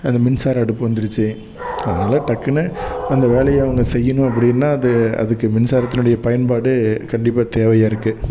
அந்த மின்சார அடுப்பு வந்துருச்சு அதனால டக்குன்னு அந்த வேலையை அவங்க செய்யணும் அப்படின்னா அது அதுக்கு மின்சாரத்தினுடைய பயன்பாடு கண்டிப்பாக தேவையாக இருக்குது